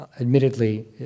admittedly